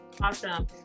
awesome